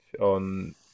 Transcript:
on